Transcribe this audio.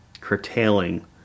curtailing